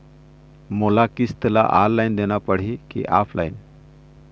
मोला किस्त ला ऑनलाइन देना पड़ही की ऑफलाइन?